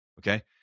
okay